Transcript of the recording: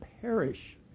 perish